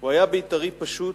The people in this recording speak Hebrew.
"הוא היה בית"רי פשוט,